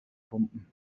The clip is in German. pumpen